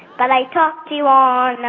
but i talked to you on